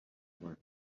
منن